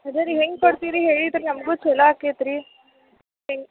ಅದೇ ರಿ ಹೆಂಗ ಕೊಡ್ತೀರಿ ಹೇಳ್ರಿ ನಮ್ಗೂ ಚಲೋ ಆಕೈತೆ ರಿ